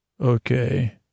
Okay